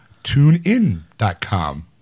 TuneIn.com